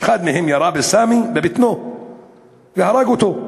אחד מהם ירה בסאמי בבטנו והרג אותו,